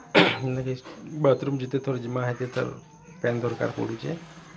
bathroom ଯେତେଥର୍ ଯିମା ହେତେଥର୍ ପାଏନ୍ ଦରକାର୍ ପଡ଼ୁଛେଁ